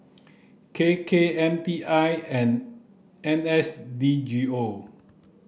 K K M T I and N S D G O